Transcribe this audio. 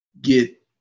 get